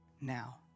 now